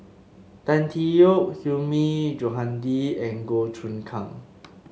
Tan Tee Yoke Hilmi Johandi and Goh Choon Kang